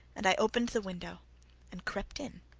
and i opened the window and crept in.